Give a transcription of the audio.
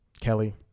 Kelly